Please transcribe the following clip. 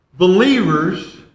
Believers